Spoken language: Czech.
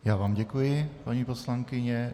Já vám děkuji, paní poslankyně.